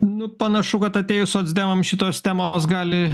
nu panašu kad atėjus socdemams šitos temos gali